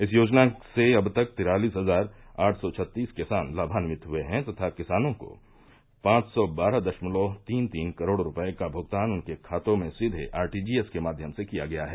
इस योजना से अब तक तिरालिस हजार आठ सौ छत्तीस किसान लामान्वित हुए हैं तथा किसानों को पांव सौ बारह दशमलव तीन तीन करोड़ रूपये का भुगतान उनके खातों में सीधे आरटीजीएस के माध्यम से किया गया है